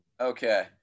Okay